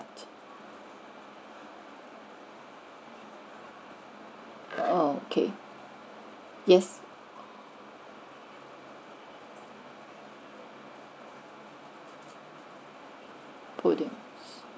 oh okay yes four drinks